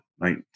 right